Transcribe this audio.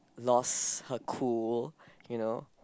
lost her cool you know